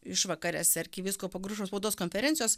išvakarėse arkivyskupo gružo spaudos konferencijos